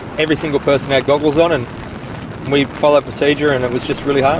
every single person had goggles on and we followed procedure and it was just really hard.